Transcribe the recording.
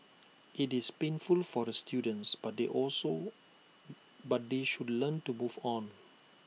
IT is painful for the students but they also but they should learn to move on